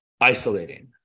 isolating